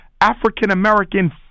African-American